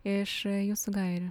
iš jūsų gairių